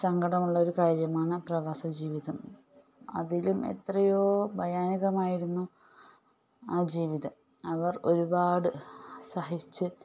സങ്കടമുള്ള ഒരു കാര്യമാണ് പ്രവാസ ജീവിതം അതിലും എത്രയോ ഭയാനകമായിരുന്നു ആ ജീവിതം അവർ ഒരുപാട് സഹിച്ച്